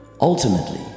Ultimately